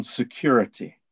security